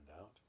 out